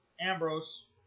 Ambrose